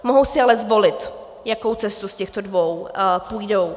Mohou si ale zvolit, jakou cestu z těchto dvou půjdou.